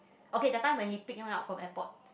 okay that time when he pick me up from airport